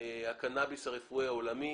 הקנאביס הרפואי העולמי.